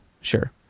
sure